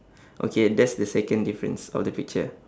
okay that's the second difference of the picture